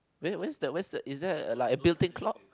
where where's the where's the is there like a built in clock